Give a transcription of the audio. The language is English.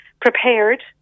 prepared